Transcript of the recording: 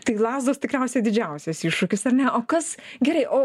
tai lazdos tikriausiai didžiausias iššūkis ar ne o kas gerai o